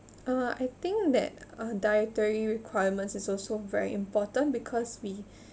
uh I think that uh dietary requirements is also very important because we